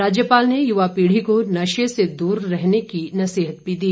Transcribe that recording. राज्यपाल ने युवा पीढी को नशे से दूर रहने की नसीहत भी दी